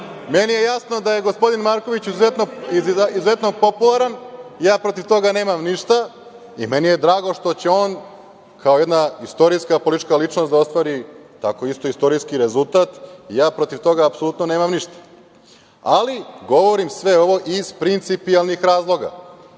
je jasno da je gospodin Marković izuzetno popularan, ja protiv toga nemam ništa, i meni je drago što će on, kao jedna istorijska politička ličnost da ostvari tako isto istorijski rezultat i ja protiv toga apsolutno nemam ništa. Ali, govorim sve ovo iz principijelnih razloga,